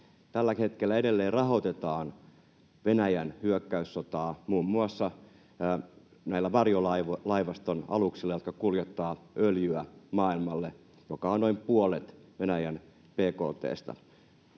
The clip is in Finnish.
Tällä hetkellä edelleen rahoitetaan Venäjän hyökkäyssotaa muun muassa näillä varjolaivaston aluksilla, jotka kuljettavat öljyä maailmalle, mikä merkitsee noin puolta Venäjän